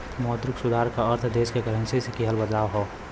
मौद्रिक सुधार क अर्थ देश क करेंसी में किहल बदलाव हौ